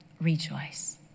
rejoice